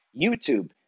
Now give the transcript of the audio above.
YouTube